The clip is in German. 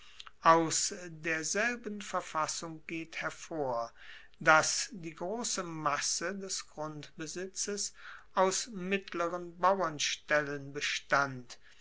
aus derselben verfassung geht hervor dass die grosse masse des grundbesitzes aus mittleren bauernstellen bestand